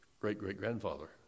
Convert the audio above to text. great-great-grandfather